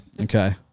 Okay